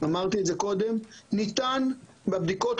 אמרתי קודם, ניתן להקל בבדיקות.